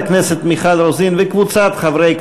כנסת נכבדה, בוקר טוב